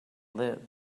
live